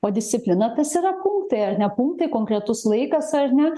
o disciplina tas yra punktai ar ne punktai konkretus laikas ar ne